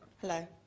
hello